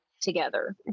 together